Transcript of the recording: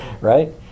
Right